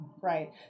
right